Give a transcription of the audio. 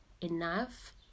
enough